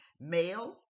Male